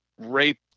rape